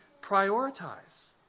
prioritize